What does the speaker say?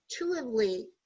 intuitively